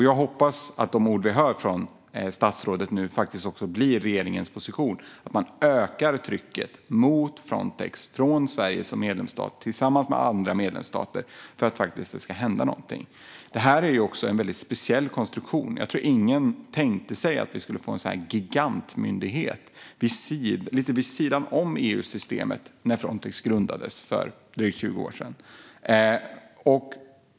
Jag hoppas att de ord vi hör från statsrådet nu också blir regeringens position och att man ökar trycket mot Frontex från Sverige som medlemsstat tillsammans med andra medlemsstater för att det ska hända någonting. Det här är en väldigt speciell konstruktion. Jag tror att ingen tänkte sig att vi skulle få en gigantmyndighet lite vid sidan av EU-systemet när Frontex grundades för drygt 20 år sedan.